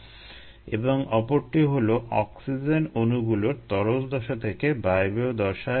অধিকাংশ বায়োরিয়েক্টরেই মূলত বাতাসই হলো অক্সিজেনের উৎস আর তাই দ্রবীভূত অক্সিজেনের মাত্রাকে বাতাসে পারসেন্টেজ স্যাচুরেশন হিসেবে প্রকাশ করা হয়